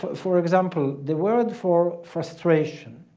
for example the word for frustration